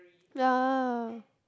ya